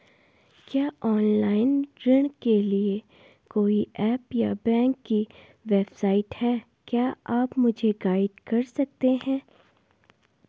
क्या ऑनलाइन ऋण के लिए कोई ऐप या बैंक की वेबसाइट है क्या आप मुझे गाइड कर सकते हैं?